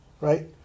right